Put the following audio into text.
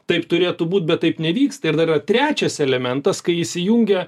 taip turėtų būt bet taip nevyksta ir dar yra trečias elementas kai įsijungia